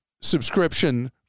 subscription